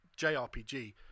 JRPG